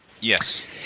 Yes